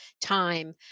time